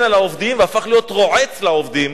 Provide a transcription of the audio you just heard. על העובדים והפך להיות רועץ לעובדים,